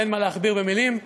ואין מה להכביר מילים.